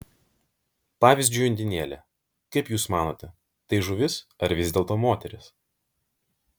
pavyzdžiui undinėlė kaip jūs manote tai žuvis ar vis dėlto moteris